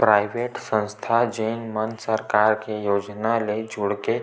private संस्था जेन मन सरकार के योजना ले जुड़के